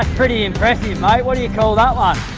pretty impressive, mate. what do you call that one?